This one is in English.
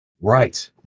Right